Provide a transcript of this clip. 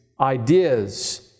Ideas